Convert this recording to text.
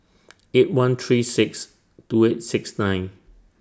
eight one three six two eight six nine